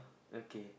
okay